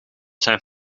zijn